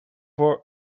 voor